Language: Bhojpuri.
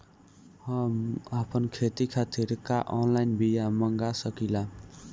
हम आपन खेती खातिर का ऑनलाइन बिया मँगा सकिला?